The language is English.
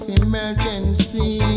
emergency